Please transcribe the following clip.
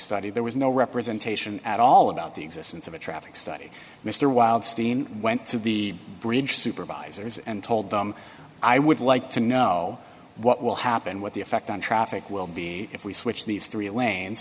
study there was no representation at all about the existence of a traffic study mr wildstein went to the bridge supervisors and told them i would like to know what will happen what the effect on traffic will be if we switch these three lanes